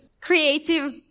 creative